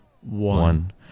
One